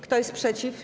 Kto jest przeciw?